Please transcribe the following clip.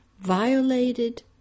violated